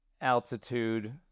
altitude